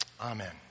Amen